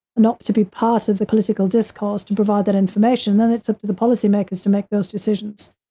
and opt to be part of the political discourse to provide that information, then it's up to the policymakers to make those decisions.